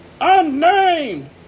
Unnamed